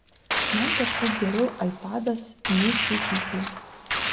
man kažkaip geriau aipadas nei skaityklė